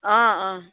অঁ অঁ